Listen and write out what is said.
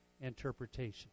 interpretation